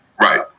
Right